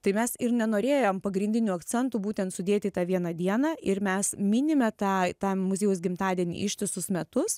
tai mes ir nenorėjom pagrindinių akcentų būtent sudėti tą vieną dieną ir mes minime tą tą muziejaus gimtadienį ištisus metus